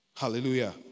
Hallelujah